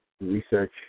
Research